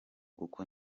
kuko